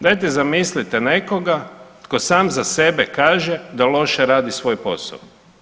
Dajte zamislite nekoga tko sam za sebe kaže da loše radi svoj posao.